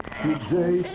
today